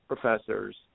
professors